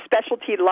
specialty